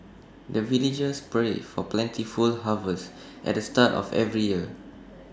the villagers pray for plentiful harvest at the start of every year